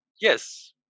Yes